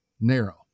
narrow